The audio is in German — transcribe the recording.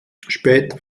später